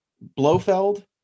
blofeld